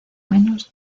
menos